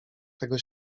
tego